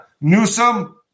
Newsom